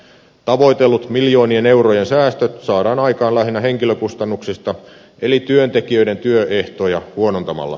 tavoitellut miljoonien eurojen säästöt saadaan aikaan lähinnä henkilökustannuksista eli työntekijöiden työehtoja huonontamalla